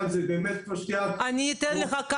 להזכירך,